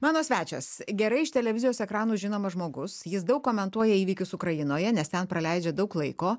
mano svečias gerai iš televizijos ekranų žinomas žmogus jis daug komentuoja įvykius ukrainoje nes ten praleidžia daug laiko